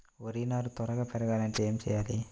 వరి నారు త్వరగా పెరగాలంటే ఏమి చెయ్యాలి?